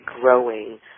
growing